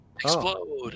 Explode